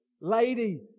Lady